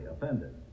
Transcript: offended